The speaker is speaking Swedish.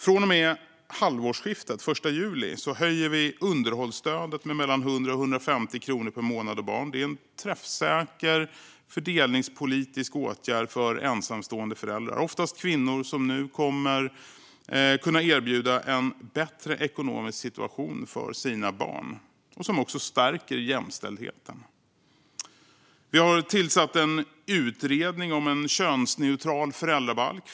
Från och med halvårsskiftet, den l juli, höjer vi underhållsstödet med mellan 100 och 150 kronor per månad och barn. Det är en träffsäker fördelningspolitisk åtgärd för ensamstående föräldrar, oftast kvinnor, som nu kommer att kunna erbjuda en bättre ekonomisk situation för sina barn. Den stärker också jämställdheten. Vi har tillsatt en utredning om en könsneutral föräldrabalk.